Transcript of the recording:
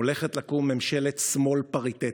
הולכת לקום ממשלת שמאל פריטטית.